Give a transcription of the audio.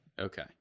Okay